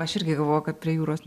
aš irgi galvojau kad prie jūros